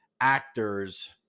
actors